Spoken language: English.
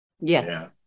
Yes